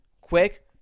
Quick